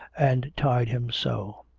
and tied him so.